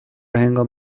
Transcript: هنگام